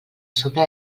sobre